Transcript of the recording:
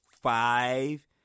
five